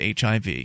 HIV